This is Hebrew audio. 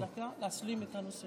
אפשר לתת לי עוד דקה להשלים את הנושא?